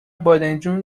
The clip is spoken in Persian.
بادمجان